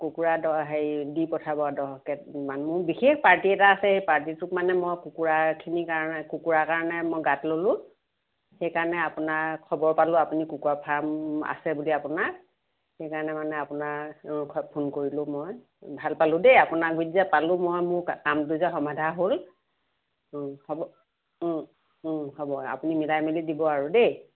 কুকুৰা দহ হেৰি দি পঠাব দহ কেজিমান মোৰ বিশেষ পাৰ্টি এটা আছে সেই পাৰ্টিটোত মানে কুকুৰাখিনিৰ কাৰণে কুকুৰাৰ কাৰণে মই গাত ল'লোঁ সেইকাৰণে আপোনাৰ খবৰ পালোঁ আপুনি কুকুৰা ফাৰ্ম আছে বুলি আপোনাৰ সেইকাৰণে মানে আপোনাক ফোন কৰিলোঁ মই ভাল পালোঁ দেই আপোনাৰ গুৰিত যে পালোঁ মই মোৰ কামটো যে সমাধা হ'ল হ'ব হ'ব আপুনি মিলাই মেলি দিব আৰু দেই